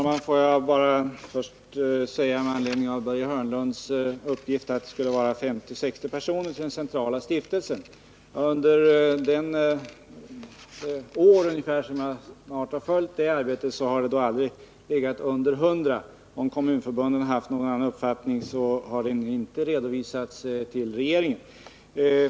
Herr talman! Med anledning av Börje Hörnlunds uppgift att 50-60 personer skulle ingå i den centrala stiftelsen vill jag bara påpeka att antalet, under det år jag har följt arbetet, aldrig har legat under 100. Om Kommunförbundet har någon annan uppfattning har den inte redovisats för regeringen.